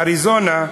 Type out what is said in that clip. אריזונה,